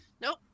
Nope